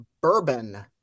Bourbon